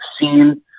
seen